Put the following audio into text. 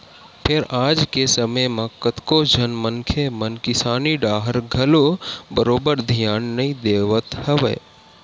फेर आज के समे म कतको झन मनखे मन किसानी डाहर घलो बरोबर धियान नइ देवत हवय